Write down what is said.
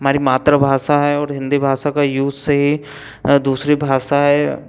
हमारी मातृभाषा है और हिंदी भाषा का यूज से ही दूसरी भाषाएँ